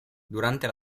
durante